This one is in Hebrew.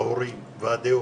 ההורים, ועדי הורים,